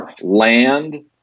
land